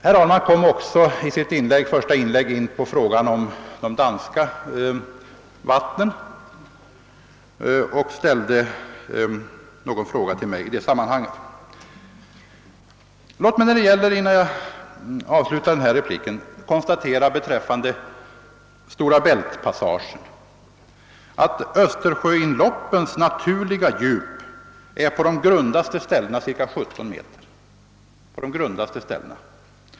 Herr Ahlmark kom också i sitt första inlägg in på de danska vattnen och ställde någon fråga till mig i detta sammanhang. Låt mig beträffande Stora Bältpassagen konstatera att Östersjöinloppens naturliga djup är cirka 17 meter på de grundaste ställena.